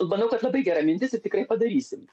manau kad labai gera mintis ir tikrai padarysim